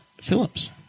Phillips